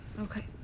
Okay